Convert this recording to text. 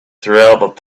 throughout